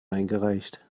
eingereicht